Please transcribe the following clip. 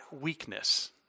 weakness